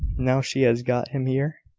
now she has got him here?